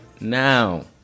now